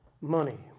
money